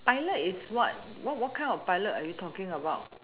pilot is what what what kind of pilot are you talking about